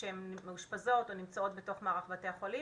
שהן מאושפזות או נמצאות בתוך מערך בתי החולים,